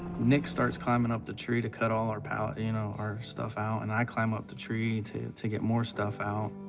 nick starts climbing up the tree to cut all our pallet, you know, our stuff out, and i climb up the tree to, to get more stuff out.